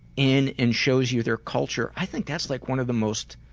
in and shows you their culture, i think that's like one of the most